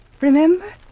Remember